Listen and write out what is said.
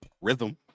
rhythm